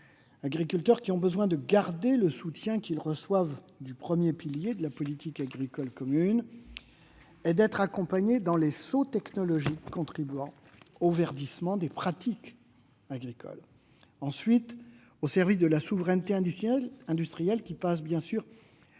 agriculteurs. Ces derniers ont besoin de garder le soutien qu'ils reçoivent du premier pilier de la politique agricole commune et d'être accompagnés dans les sauts technologiques contribuant au verdissement des pratiques agricoles. Ensuite, les arbitrages doivent servir la souveraineté industrielle, qui passe bien sûr